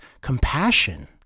compassion